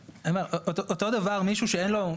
אותו דבר מישהו שאין לו,